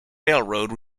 railroad